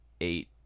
eight